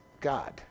God